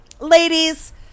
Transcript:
ladies